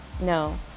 No